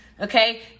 Okay